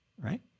right